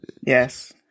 Yes